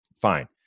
Fine